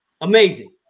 amazing